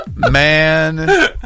man